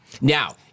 now